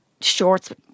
shorts